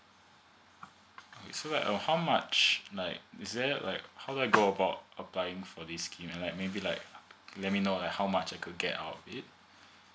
so like how much like is there like how do I go about applying for this scheme like maybe like let me know like how much I could get out of it